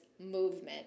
movement